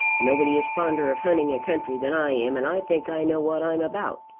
nobody is fonder of hunting a country than i am, and i think i know what i'm about.